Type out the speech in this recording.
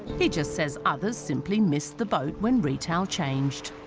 he just says others simply missed the boat when retail changed